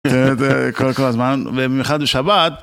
זה, זה, כל, כל הזמן, במיוחד בשבת